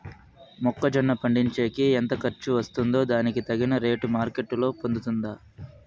మొక్క జొన్న పండించేకి ఎంత ఖర్చు వస్తుందో దానికి తగిన రేటు మార్కెట్ లో పోతుందా?